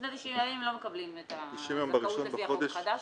לפני 90 ימים לא מקבלים את הזכאות לפי החוק החדש.